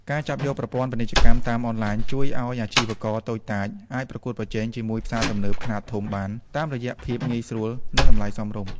ការចាប់យកប្រព័ន្ធពាណិជ្ជកម្មតាមអនឡាញ ជួយឱ្យអាជីវករតូចតាចអាចប្រកួតប្រជែងជាមួយផ្សារទំនើបខ្នាតធំបាន តាមរយៈភាពងាយស្រួល និងតម្លៃសមរម្យ។